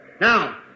Now